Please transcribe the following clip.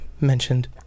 mentioned